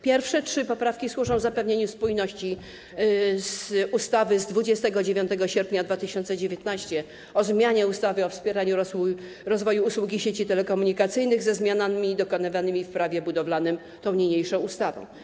Pierwsze trzy poprawki służą zapewnieniu spójności ustawy z dnia 29 sierpnia 2019 r. o zmianie ustawy o wspieraniu rozwoju usług i sieci telekomunikacyjnych ze zmianami dokonywanymi w Prawie budowlanym niniejszą ustawą.